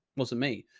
most of me,